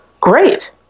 great